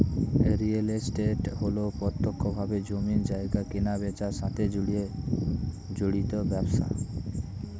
real estate হল প্রত্যক্ষভাবে জমি জায়গা কেনাবেচার সাথে জড়িত ব্যবসা